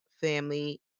family